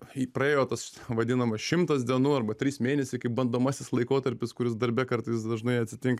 į praėjo tas vadinamas šimtas dienų arba trys mėnesiai kaip bandomasis laikotarpis kuris darbe kartais dažnai atsitinka